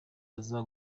aza